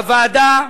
בוועדה,